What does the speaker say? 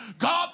God